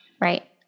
right